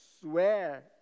Swear